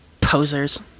Posers